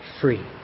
free